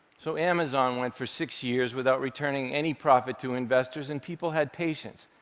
so amazon went for six years without returning any profit to investors, and people had patience.